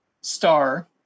star